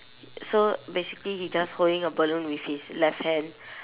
so basically he just holding a balloon with his left hand